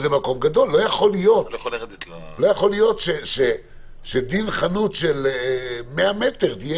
לא יכול להיות שדין חנות עם 100 מטרים תהיה